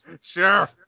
sure